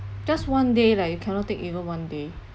just one day leh you cannot take even one day